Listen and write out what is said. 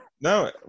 No